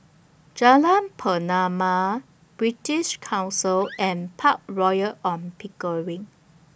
Jalan Pernama British Council and Park Royal on Pickering